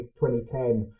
2010